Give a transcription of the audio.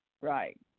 right